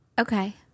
Okay